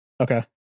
Okay